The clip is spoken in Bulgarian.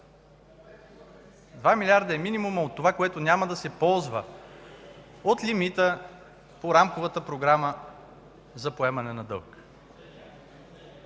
милиарда е минимумът от това, което няма да се ползва от лимита по Рамковата програма за поемане на дълг.